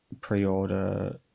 pre-order